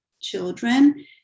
children